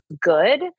good